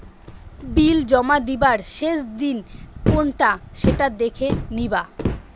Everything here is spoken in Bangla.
বিল জমা দিবার শেষ দিন কোনটা সেটা দেখে নিবা